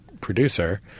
producer